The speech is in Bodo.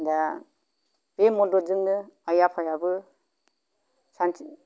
दा बे मददजोंनो आइ आफायाबो सान्थि